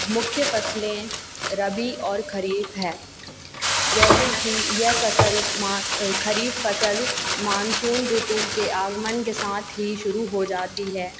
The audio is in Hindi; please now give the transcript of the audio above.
मुख्य फसलें रबी और खरीफ़ है जैसे कि यह फसल मा खरीफ़ फसल मानसून ऋतु के आगमन के साथ ही शुरू हो जाती है